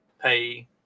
pay